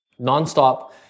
nonstop